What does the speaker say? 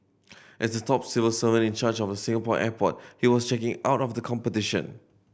as the top civil servant in charge of Singapore airport he was checking out of the competition